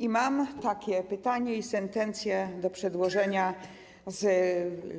I mam takie pytanie i sentencje do przedłożenia z